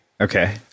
Okay